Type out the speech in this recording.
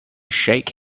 shake